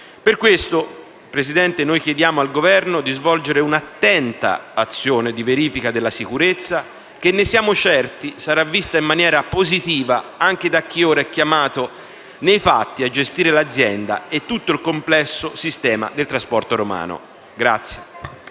Per questo, signor Presidente, noi chiediamo al Governo di svolgere un'attenta azione di verifica della sicurezza che, ne siamo certi, sarà vista in maniera positiva anche da chi ora è chiamato nei fatti a gestire l'azienda e tutto il complesso sistema del trasporto romano.